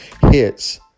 hits